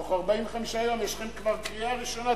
בתוך 45 יום יש לכם כבר קריאה ראשונה.